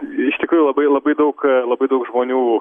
iš tikrųjų labai labai labai daug labai daug žmonių